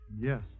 Yes